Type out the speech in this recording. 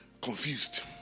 confused